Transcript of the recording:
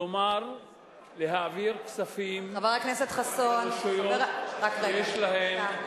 כלומר להעביר כספים לרשויות שיש להן,